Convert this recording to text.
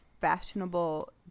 fashionable